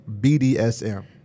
BDSM